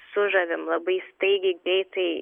sužavim labai staigiai greitai